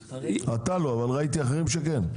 אתה לא, אבל ראיתי אחרים שכן.